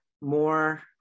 more